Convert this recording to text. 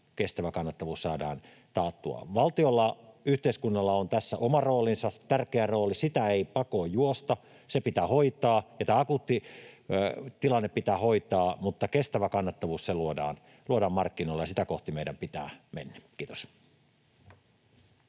kestävä kannattavuus saadaan taattua. Valtiolla, yhteiskunnalla, on tässä oma tärkeä roolinsa. Sitä ei pakoon juosta, se pitää hoitaa, ja tämä akuutti tilanne pitää hoitaa, mutta kestävä kannattavuus luodaan markkinoilla, ja sitä kohti meidän pitää mennä. — Kiitos.